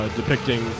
depicting